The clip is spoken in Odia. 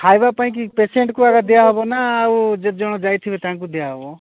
ଖାଇବା ପାଇଁ କି ପେସେଣ୍ଟକୁ ଏକା ଦିଆହେବ ନା ଆଉ ଯେତେ ଜଣ ଯାଇଥିବେ ତାଙ୍କୁ ଦିଆହେବ